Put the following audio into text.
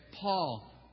Paul